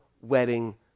wedding